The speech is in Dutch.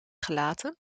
gelaten